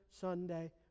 Sunday